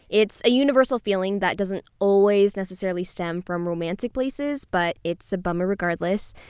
it's a universal feeling that doesn't always necessarily stem from romantic places, but it's a bummer regardless.